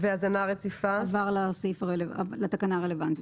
"הזנה רציפה" עבר לתקנה הרלוונטית.